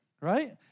right